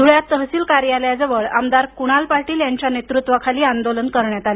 धुळ्यात तहसील कार्यालयाजवळ आमदार कुणाल पाटील यांच्या नेतृत्वाखाली आंदोलन करण्यात आलं